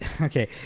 okay